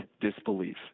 disbelief